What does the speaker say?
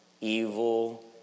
evil